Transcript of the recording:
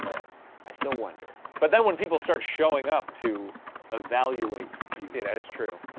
but i still wonder. but then, when people start showing up to evaluate you yeah, that is true.